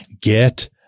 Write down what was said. Get